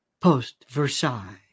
Post-Versailles